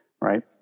Right